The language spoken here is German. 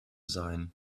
sein